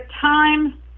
time